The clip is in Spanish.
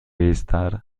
estar